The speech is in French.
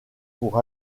pour